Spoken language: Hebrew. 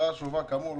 ערר שהועבר כאמור,